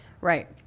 Right